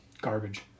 Garbage